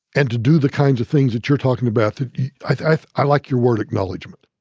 and to do the kinds of things that you're talking about that i i like your word, acknowledgment